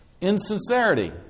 Insincerity